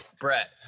brett